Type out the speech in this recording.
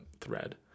thread